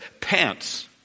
Pants